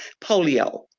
polio